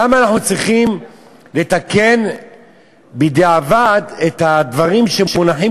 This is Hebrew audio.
למה אנחנו צריכים לתקן בדיעבד את הדברים שמונחים